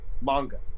Manga